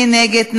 מי נגד?